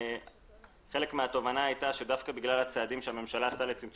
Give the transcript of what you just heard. חלק מהתובנה הייתה שדווקא בגלל הצעדים שהממשלה עשתה לצמצום